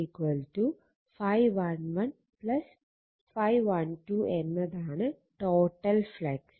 അതിനാൽ ∅1 ∅11 ∅12 എന്നതാണ് total flux